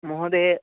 महोदयः